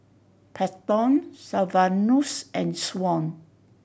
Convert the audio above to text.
Paxton Sylvanus and Shaun